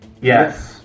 Yes